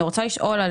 אני רוצה לשאול.